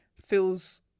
feels